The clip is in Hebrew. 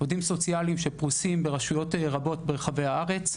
עובדים סוציאליים שפרושים ברשויות רבות ברחבי הארץ.